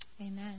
Amen